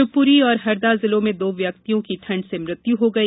शिवपुरी और हरदा जिले में दो व्यक्तियों की ठंड से मृत्यु हो गई